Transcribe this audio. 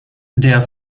der